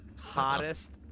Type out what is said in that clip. Hottest